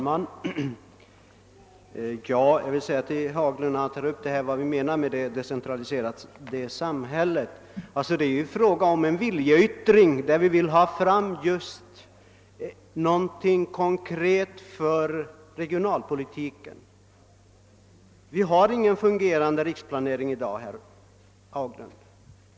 Herr talman! Jag vill säga till herr Haglund att vårt understrykande av behovet av ett decentraliserat samhälle är en viljeyttring, som skall ses så att vi vill göra något konkret för regionalpolitiken. Vi har i dag ingen fungerande riksplanering, herr Haglund.